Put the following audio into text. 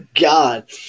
god